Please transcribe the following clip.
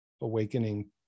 awakening